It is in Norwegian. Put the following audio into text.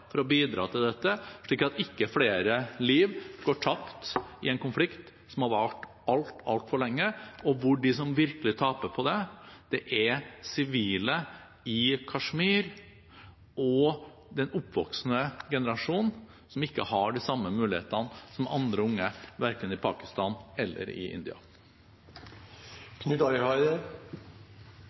for å bidra til dette, slik at ikke flere liv går tapt i en konflikt som har vart altfor lenge, og hvor de som virkelig taper på det, er sivile i Kashmir og den oppvoksende generasjonen, som ikke har de samme mulighetene som andre unge, verken i Pakistan eller i